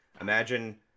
imagine